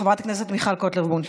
חברת הכנסת מיכל קוטלר וונש,